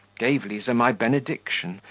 gave liza my benediction,